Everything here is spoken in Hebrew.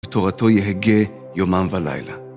ותורתו יהגה יומם ולילה.